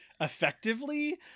effectively